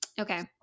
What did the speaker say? Okay